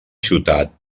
ciutat